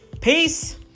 peace